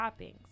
toppings